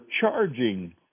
charging